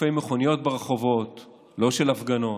צפצופי מכוניות ברחובות ולא של הפגנות,